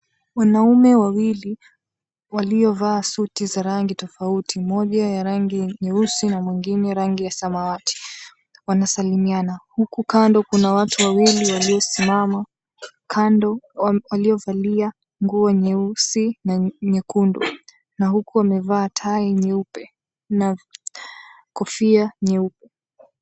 Wanaume wawili waliovaa suti za rangi tofauti. Mmoja ya rangi nyeusi, na mwingine rangi ya samawati, wanasalimiana. Huku kando kuna watu wawili waliosimama, kando, waliovalia nguo nyeusi na nyekundu. Na huku amevaa tai nyeupe, na kofia nyeupe.